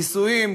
נישואים,